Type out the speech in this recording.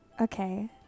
Okay